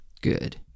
Good